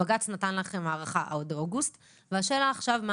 בג"ץ נתן לכם הארכה עד אוגוסט והשאלה עכשיו היא